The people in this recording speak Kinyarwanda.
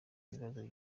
ibibazo